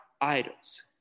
idols